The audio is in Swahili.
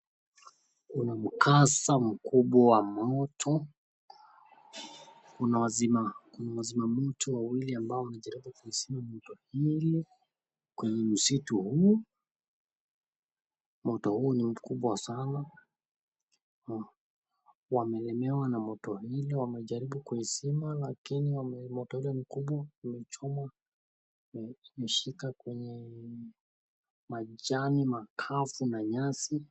Kuna mkasa mkubwa wa moto. Kuna wazimamoto wawili ambao wanajaribu kuzima moto hili kwenye msitu huu. Moto huu ni mkubwa sana na wamelemewa na watu wawili wamejaribu kuizima lakini moto ule mkubwa umechoma na umeshika kwenye majani makavu na nyasi.